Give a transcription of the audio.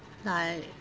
like